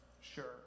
sure